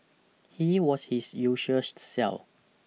he was his usual self